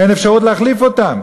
אין אפשרות להחליף אותם,